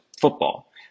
Football